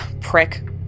Prick